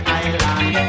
island